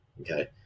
Okay